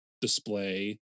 display